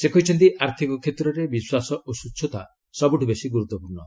ସେ କହିଛନ୍ତି ଆର୍ଥିକ କ୍ଷେତ୍ରରେ ବିଶ୍ୱାସ ଓ ସ୍ୱଚ୍ଚତା ସବୁଠୁ ବେଶି ଗୁରୁତ୍ୱପୂର୍ଣ୍ଣ